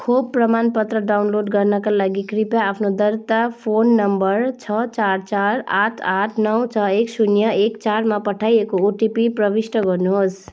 खोप प्रमाणपत्र डाउनलोड गर्नाका लागि कृपया आफ्नो दर्ता फोन नम्बर छ चार चार आठ आठ नौ छ एक शून्य एक चारमा पठाइएको ओटिपी प्रविष्ट गर्नुहोस्